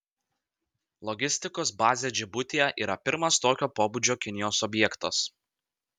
logistikos bazė džibutyje yra pirmas tokio pobūdžio kinijos objektas